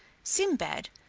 sinbad,